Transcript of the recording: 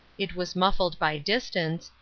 it was muffled by distance,